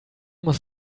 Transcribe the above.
muss